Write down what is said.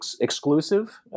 exclusive